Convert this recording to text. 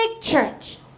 church